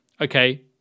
okay